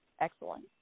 Excellent